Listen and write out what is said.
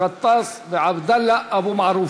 באסל גטאס ועבדאללה אבו מערוף,